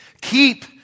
Keep